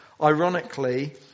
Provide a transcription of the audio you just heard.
Ironically